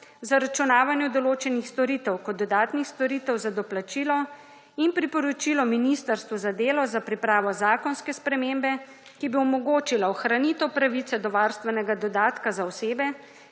zaračunavanju določenih storitev, kot dodatnih storitev za doplačilo in priporočilo Ministrstvu za delo, za pripravo zakonske spremembe, ki bi omogočila ohranitev pravice do varstvenega dodatka za osebe,